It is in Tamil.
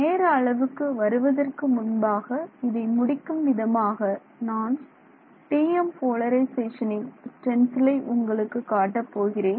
நேர அளவுக்கு வருவதற்கு முன்பாக இதை முடிக்கும் விதமாக நான் TM போலரிசேஷனின் ஸ்டென்சில் ஐ உங்களுக்கு காட்டப் போகிறேன்